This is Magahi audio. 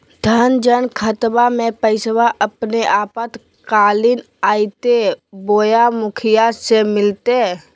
जन धन खाताबा में पैसबा अपने आपातकालीन आयते बोया मुखिया से मिलते?